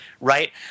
Right